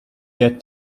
get